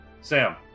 Sam